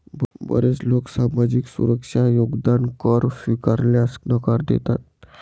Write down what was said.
बरेच लोक सामाजिक सुरक्षा योगदान कर स्वीकारण्यास नकार देतात